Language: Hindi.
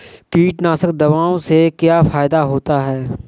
कीटनाशक दवाओं से क्या फायदा होता है?